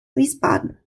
wiesbaden